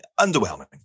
underwhelming